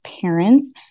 parents